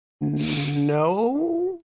No